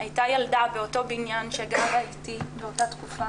הייתה ילדה באותו בנין שגרה איתי באותה תקופה,